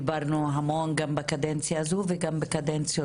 דיברנו המון גם בקדנציה הזו וגם בקדנציות